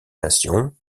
nations